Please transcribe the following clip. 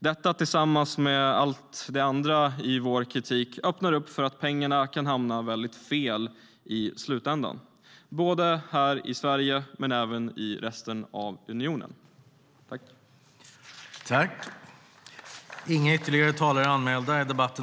Detta tillsammans med all vår andra kritik öppnar upp för att pengarna kan hamna fel i slutändan, här i Sverige men även i resten av unionen.